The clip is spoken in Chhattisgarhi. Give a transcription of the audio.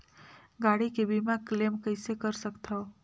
गाड़ी के बीमा क्लेम कइसे कर सकथव?